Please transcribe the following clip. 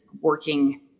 working